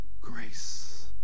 grace